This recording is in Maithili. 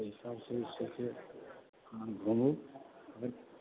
ताहि हिसाबसँ जे छै से अहाँ घुमू